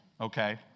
Okay